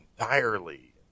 entirely